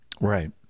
Right